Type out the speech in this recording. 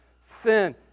sin